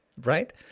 Right